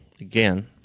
again